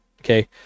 okay